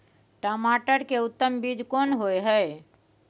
टमाटर के उत्तम बीज कोन होय है?